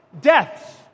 deaths